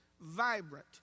vibrant